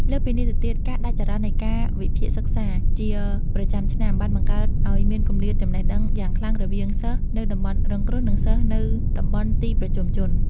លើសពីនេះទៅទៀត ការដាច់ចរន្តនៃកាលវិភាគសិក្សាជាប្រចាំឆ្នាំ បានបង្កើតឱ្យមានគម្លាតចំណេះដឹងយ៉ាងខ្លាំងរវាងសិស្សនៅតំបន់រងគ្រោះ និងសិស្សនៅតំបន់ទីប្រជុំជន។